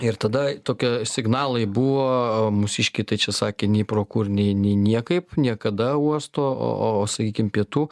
ir tada tokie signalai buvo mūsiškiai tai čia sakė nei pro kur nei nei niekaip niekada uosto o o sakykim pietų